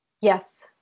Yes